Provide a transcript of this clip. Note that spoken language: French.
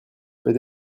peut